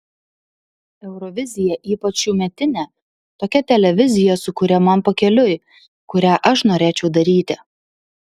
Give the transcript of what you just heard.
eurovizija ypač šiųmetinė tokia televizija su kuria man pakeliui kurią aš norėčiau daryti